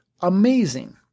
amazing